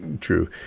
true